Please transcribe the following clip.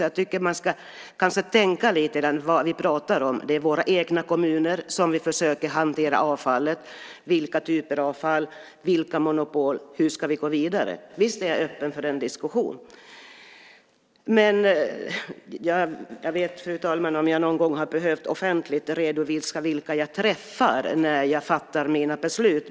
Jag tycker att vi ska tänka lite grann på vad vi pratar om. Det är i våra egna kommuner som vi försöker hantera avfall, vilka typer av avfall det är, vilka monopol det är, hur vi ska gå vidare. Visst är jag öppen för en diskussion. Jag vet inte, fru talman, om jag någon gång har behövt offentligt redovisa vilka jag träffar när jag fattar mina beslut.